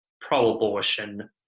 pro-abortion